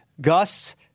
Gusts